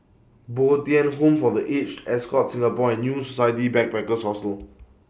Bo Tien Home For The Aged Ascott Singapore and New Society Backpackers' Hotel